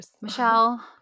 Michelle